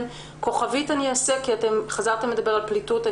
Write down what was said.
כוכבית אני אעשה כי חזרתם לדבר על פליטות.